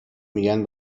میگن